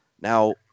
Now